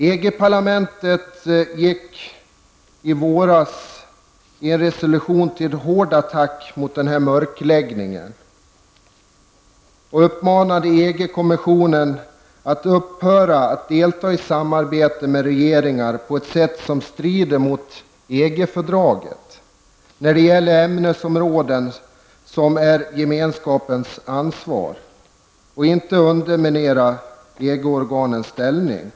EG-parlamentet gick i våras i en resolution till hård attack mot denna mörkläggning, och man uppmanade EG-kommissionen att upphöra att delta i samarbete med regeringar på ett sätt som strider mot EG-fördraget när det gäller ämnesområden som är gemenskapens ansvar, och inte underminera EG-organens ställning.